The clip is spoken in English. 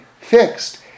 fixed